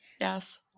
Yes